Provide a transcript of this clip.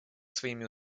своими